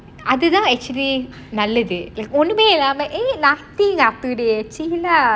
அதுதான்:athuthaan actually நல்லது ஒண்ணுமே இல்லாம:nallathu onnumae illama !hey! luckily lah today see lah